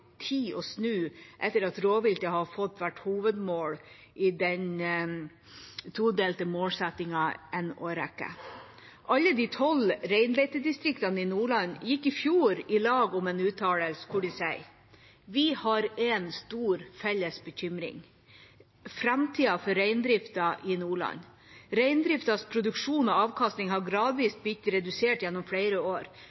tid å snu etter at rovviltet har fått være hovedmålet i den todelte målsettingen i en årrekke. Alle de tolv reinbeitedistriktene i Nordland gikk i fjor i lag om en uttalelse hvor de sier: «Vi har én stor felles bekymring – framtida for reindriften i Nordland. Reindriftens produksjon og avkastning har gradvis